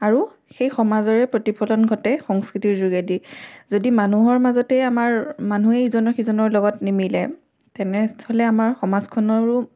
আৰু সেই সমাজৰে প্ৰতিফলন ঘটে সংস্কৃতিৰ যোগেদি যদি মানুহৰ মাজতে আমাৰ মানুহে ইজনৰ সিজনৰ লগত নিমিলে তেনেস্থলত আমাৰ সমাজখনৰো